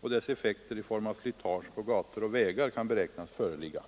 och deras effekter i form av slitage på gator och vägar kan beräknas föreligga.